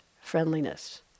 friendliness